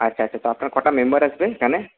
আচ্ছা আচ্ছা তো আপনার কটা মেম্বার আসবে এখানে